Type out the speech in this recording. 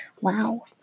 Wow